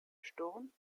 sturm